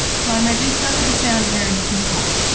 shlomo this doesn't sound very simple.